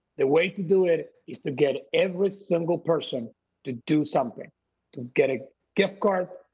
the way to do it is to get every single person to do something. to get a giftcard,